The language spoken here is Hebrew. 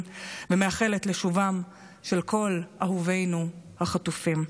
ומייחלת לשובם של כל אהובינו החטופים.